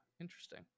Interesting